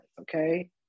Okay